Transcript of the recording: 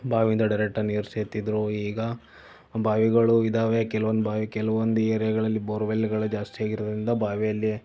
ಬಾವಿಂದ ಡೈರೆಕ್ಟಾಗಿ ನೀರು ಸೇದ್ತಿದ್ರು ಈಗ ಬಾವಿಗಳು ಇದ್ದಾವೆ ಕೆಲವೊಂದು ಬಾವಿ ಕೆಲವೊಂದು ಏರ್ಯಾಗಳಲ್ಲಿ ಬೋರ್ವೆಲ್ಗಳೇ ಜಾಸ್ತಿಯಾಗಿರುವುದ್ರಿಂದ ಬಾವಿಯಲ್ಲಿ